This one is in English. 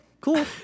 cool